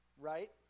right